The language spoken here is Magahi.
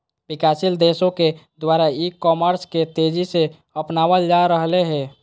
विकासशील देशों के द्वारा ई कॉमर्स के तेज़ी से अपनावल जा रहले हें